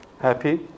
happy